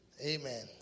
Amen